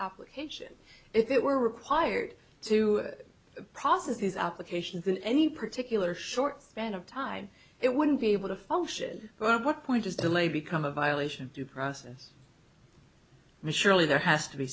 application if it were required to process these applications in any particular short span of time it wouldn't be able to function but what point does the delay become a violation of due process surely there has to be